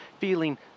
feeling